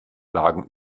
lagen